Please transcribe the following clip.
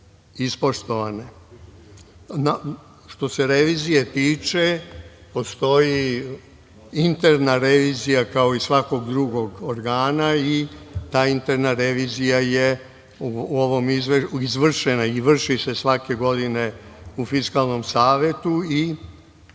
ispoštovane. Što se revizije tiče, postoji interna revizija kao i svakog drugog organa i taj interna revizija je u ovom izveštaju izvršena i vrši se svake godine u Fiskalnom savetu i